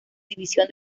división